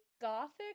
Gothic